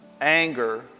anger